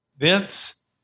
Vince